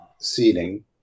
seating